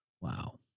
Wow